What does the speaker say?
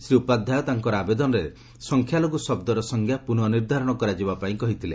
ଶ୍ରୀ ଉପାଧ୍ୟାୟ ତାଙ୍କର ଆବେଦନରେ ସଂଖ୍ୟାଲଘୁ ଶବ୍ଦର ସଂଜ୍ଞା ପୁନର୍ନିର୍ଦ୍ଧାରଣ କରାଯିବାପାଇଁ କହିଥିଲେ